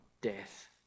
death